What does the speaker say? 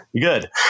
Good